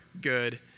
good